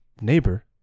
Neighbor